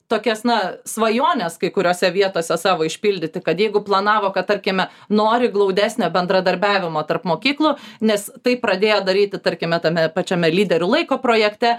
tokias na svajones kai kuriose vietose savo išpildyti kad jeigu planavo kad tarkime nori glaudesnio bendradarbiavimo tarp mokyklų nes tai pradėjo daryti tarkime tame pačiame lyderių laiko projekte